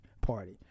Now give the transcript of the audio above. party